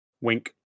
Wink